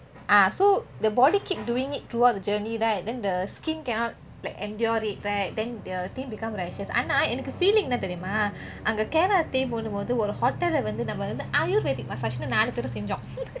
ah so the body keep doing it throughout the journey right then the skin cannot like endure it right then the thing become rashes ஆனா எனக்கு:anaa enakku feeling என்ன தெரியுமா அங்க கேரளாலே::enna theriyuma ange keralale stay பண்ணும்போது ஒரு:panumpothu oru hotel வந்து:vanthu ayurvedic massage னு நம்ம நாலு பேர் செஞ்சோம்:nu namme naalu per senjom